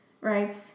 right